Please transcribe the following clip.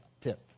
tip